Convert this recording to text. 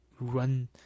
run